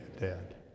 dead